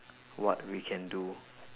what we can do